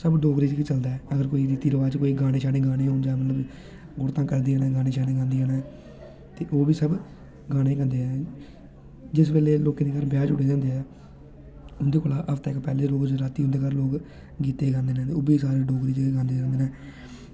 सब डोगरी च गै चलदा ऐ अगर कोई रीति रवाज़ कोई गाने होन जां औरतां कुड़ियां गाने गांदियां न ते ओह्बी सब गाने गांदियां न जिस बेल्लै लोकें दे ब्याह् जुड़े दे होंदे ऐ उंदे घर हफ्ता इक्क पैह्लें उंदे घर लोक गीत गांदे न ओह्बी सारे डोगरी चें गै गांदे न